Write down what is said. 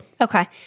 Okay